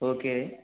okay